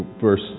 verse